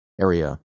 area